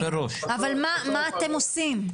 אבל מה אתם עושים?